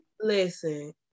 Listen